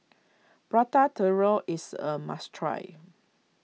Prata Telur is a must try